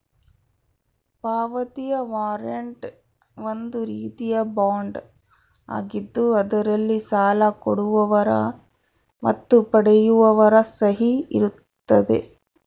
ಪಾವತಿಯ ವಾರಂಟ್ ಒಂದು ರೀತಿಯ ಬಾಂಡ್ ಆಗಿದ್ದು ಅದರಲ್ಲಿ ಸಾಲ ಕೊಡುವವರ ಮತ್ತು ಪಡೆಯುವವರ ಸಹಿ ಇರುತ್ತದೆ